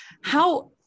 how-